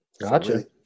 gotcha